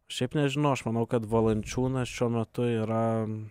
šiaip nežinau aš manau kad valančiūnas šiuo metu yra